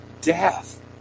death